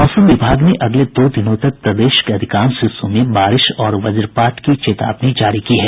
मौसम विभाग ने अगले दो दिनों तक प्रदेश के अधिकांश हिस्सों में बारिश और वज्रपात की चेतावनी जारी की है